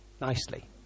nicely